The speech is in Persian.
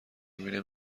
میبینه